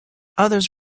others